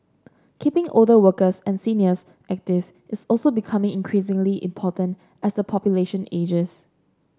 keeping older workers and seniors active is also becoming increasingly important as the population ages